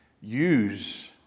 use